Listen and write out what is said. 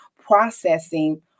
processing